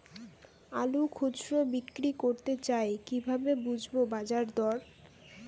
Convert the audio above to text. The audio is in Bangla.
আলু খুচরো বিক্রি করতে চাই কিভাবে বুঝবো বাজার দর?